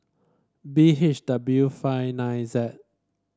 B H W five nine Z